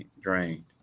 drained